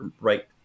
right